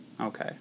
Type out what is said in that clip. Okay